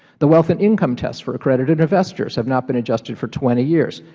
the wealth and income test for accredited investors have not been adjusted for twenty years,